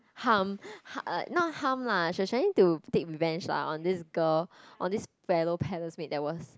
harm h~ uh not harm lah she was trying to take revenge lah on this girl on this fellow palace mate that was